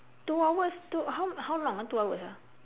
two hours two how how long ah two hours ah